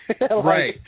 Right